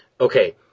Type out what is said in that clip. Okay